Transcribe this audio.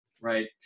right